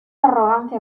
arrogancia